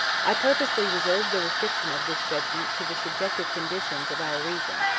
i purposely reserved the restriction of this judgement to the subjective conditions of our reason,